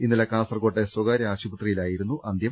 ഇന്നലെ കാസർകോട്ടെ സ്വകാര്യ ആശുപത്രിയിലായിരുന്നു അന്ത്യം